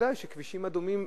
בוודאי בכבישים אדומים,